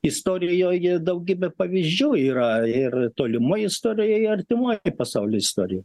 istorijoj daugybė pavyzdžių yra ir tolimoj istorijoj ir artimoj į pasaulio istorijoj